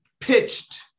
pitched